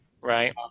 Right